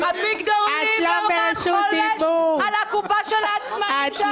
ליברמן חולש על הקופה של העצמאיים.